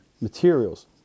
materials